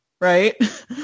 right